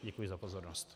Děkuji za pozornost.